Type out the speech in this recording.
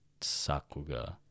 sakuga